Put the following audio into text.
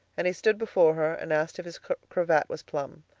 and he stood before her and asked if his cravat was plumb.